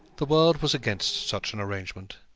the world was against such an arrangement.